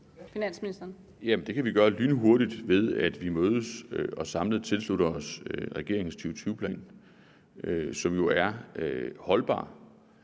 det kan vi gøre lynhurtigt, ved at vi mødes og samlet tilslutter os regeringens 2020-plan, som jo er holdbar,